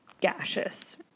gaseous